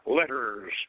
letters